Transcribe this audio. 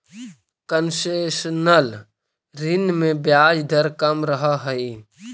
concessional ऋण में ब्याज दर कम रहऽ हइ